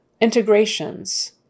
Integrations